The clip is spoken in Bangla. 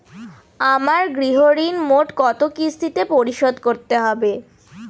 আমার গৃহঋণ মোট কত কিস্তিতে পরিশোধ করতে হবে?